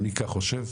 אני כך חושב,